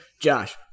Josh